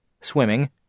swimming